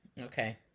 okay